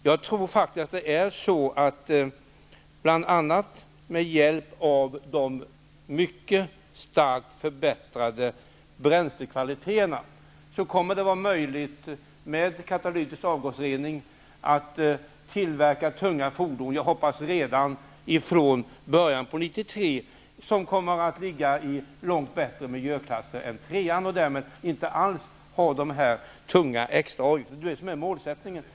Jag tror faktiskt att det med hjälp av bl.a. mycket starkt förbättrade bränslekvaliteter kommer att vara möjligt att tillverka tunga fordon med katalytisk avgasrening redan från början av 1993, som kommer att ligga i långt bättre miljöklass än miljöklass 3. Det är alltså målsättningen.